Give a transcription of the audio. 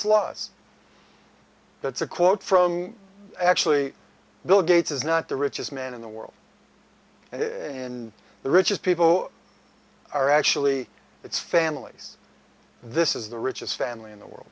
it's laws that's a quote from actually bill gates is not the richest man in the world and in the richest people are actually it's families this is the richest family in the world